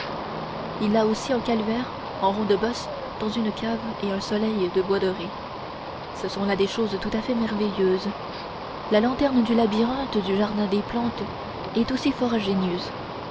il a aussi un calvaire en ronde bosse dans une cave et un soleil de bois doré ce sont là des choses tout à fait merveilleuses la lanterne du labyrinthe du jardin des plantes est aussi fort ingénieuse